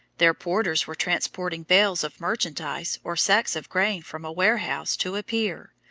there porters were transporting bales of merchandise or sacks of grain from a warehouse to a pier,